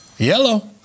Yellow